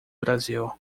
brasil